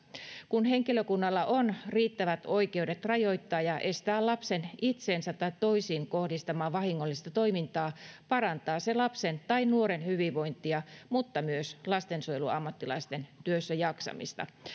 kun henkilökunnalla on riittävät oikeudet rajoittaa ja estää lapsen itseensä tai toisiin kohdistamaa vahingollista toimintaa parantaa se lapsen tai nuoren hyvinvointia mutta myös lastensuojeluammattilaisten työssäjaksamista